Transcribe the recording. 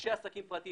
אנשי עסקים פרטיים,